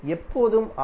எப்போதும் ஆர்